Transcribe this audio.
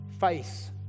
Face